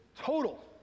total